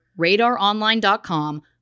RadarOnline.com